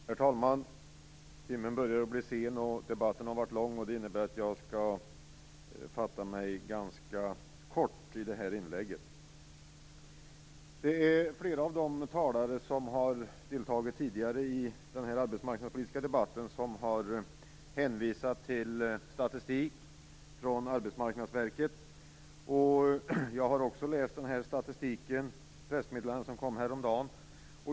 Herr talman! Timmen börjar bli sen, och debatten har varit lång. Det innebär att jag skall fatta mig ganska kort i mitt inlägg. Flera av de talare som har deltagit tidigare i den här arbetsmarknadspolitiska debatten har hänvisat till statistik från Arbetsmarknadsverket. Jag har också läst den här statistiken och pressmeddelandet som kom häromdagen.